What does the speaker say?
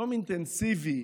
יום אינטנסיבי,